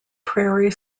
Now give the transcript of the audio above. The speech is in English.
prairie